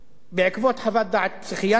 בעקבות חוות דעת פסיכיאטרית